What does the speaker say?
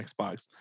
Xbox